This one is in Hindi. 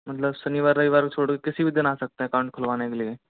मतलब शनिवार रविवार छोड़ के किसी भी दिन आ सकते हैं अकाउंट खुलवाने के लिए